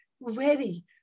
ready